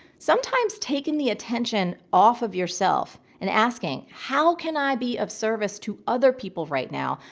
sometimes taking the attention off of yourself and asking, how can i be of service to other people right now?